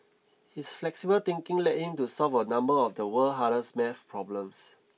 his flexible thinking led him to solve a number of the world's hardest math problems